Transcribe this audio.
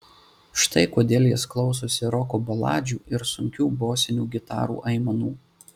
štai kodėl jis klausosi roko baladžių ir sunkių bosinių gitarų aimanų